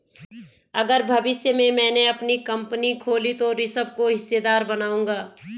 अगर भविष्य में मैने अपनी कंपनी खोली तो ऋषभ को हिस्सेदार बनाऊंगा